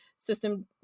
system